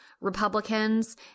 Republicans